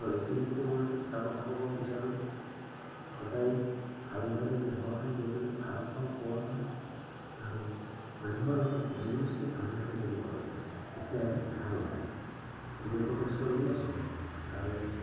অঁ এইখিনিতে মই এটা কথা ক'ব বিচাৰোঁ সদায় ভালদৰে ব্যৱসায় কৰিলে ভাল ফল পোৱা যায় আৰু মানুহৰ লগত ডিলিংছটো ভালদৰে কৰিব লাগে তেতিয়াহ'লে ভাল হয় এনেকুৱাকৈ চলি আছোঁ আৰু